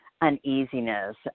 uneasiness